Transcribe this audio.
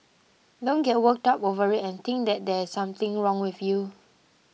don't get worked up over it and think that there is something wrong with you